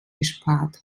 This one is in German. gespart